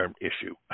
issue